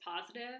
positive